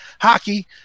hockey